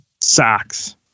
Socks